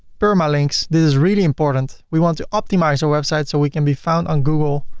permalinks, this is really important. we want to optimize our website so we can be found on google.